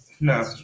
no